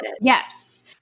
Yes